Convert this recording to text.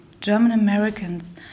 German-Americans